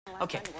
Okay